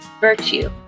virtue